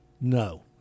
No